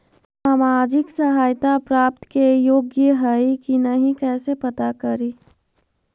सामाजिक सहायता प्राप्त के योग्य हई कि नहीं कैसे पता करी?